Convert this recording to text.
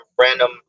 random